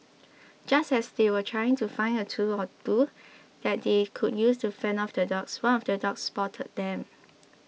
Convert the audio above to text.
just as they were trying to find a tool or two that they could use to fend off the dogs one of the dogs spotted them